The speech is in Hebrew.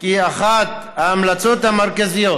כי אחת ההמלצות המרכזיות